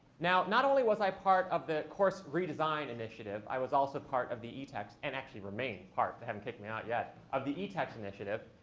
now, not only was i part of the course redesign initiative, i was also part of the etext and actually remain part. they haven't kicked me out yet of the etext initiative.